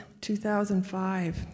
2005